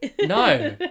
No